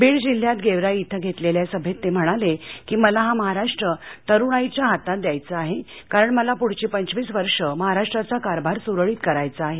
बीड जिल्ह्यात गेवराई इथ घेतलेल्या सभेत ते म्हणाले की मला हा महाराष्ट्र तरूणाईच्या हातात द्यायचा आहे कारण मला पुढची पंचवीस वर्ष महाराष्ट्राचा कारभार सुरळीत करायचा आहे